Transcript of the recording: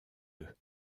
eux